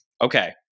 Okay